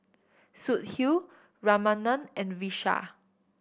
Sudhir Ramanand and Vishal